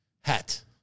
Hat